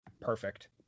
Perfect